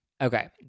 Okay